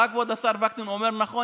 בא כבוד השר וקנין ואומר: נכון,